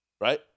Right